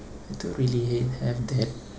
don't really have that